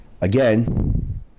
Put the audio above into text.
Again